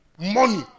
Money